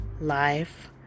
Life